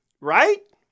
Right